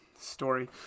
story